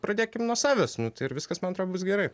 pradėkim nuo savęs ir viskas man atrodo bus gerai